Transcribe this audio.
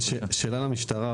שאלה למשטרה.